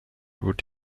would